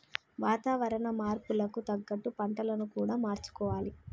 వాతావరణ మార్పులకు తగ్గట్టు పంటలను కూడా మార్చుకోవాలి